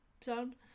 sound